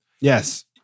Yes